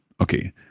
Okay